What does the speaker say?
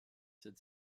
cette